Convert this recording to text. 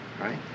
right